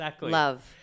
love